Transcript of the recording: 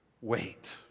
Wait